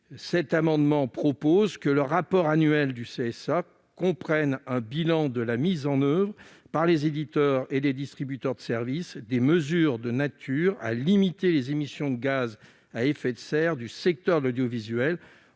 Cet amendement vise à prévoir que le rapport annuel du CSA comprenne un bilan de la mise en oeuvre par les éditeurs et les distributeurs de services des mesures de nature à limiter les émissions de gaz à effet de serre du secteur de l'audiovisuel